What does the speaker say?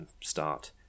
start